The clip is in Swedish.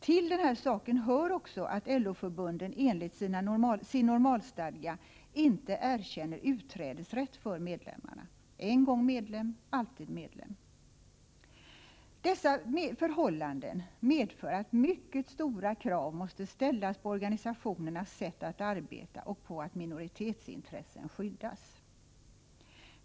Till saken hör också att LO-förbunden enligt sin normalstadga inte erkänner utträdesrätt för medlemmarna: en gång medlem, alltid medlem. Dessa förhållanden medför att mycket stora krav måste ställas på organisationernas sätt att arbeta och på att minoritetsintressen skyddas.